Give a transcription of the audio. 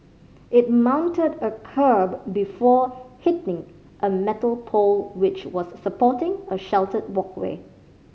it mounted a kerb before hitting a metal pole which was supporting a sheltered walkway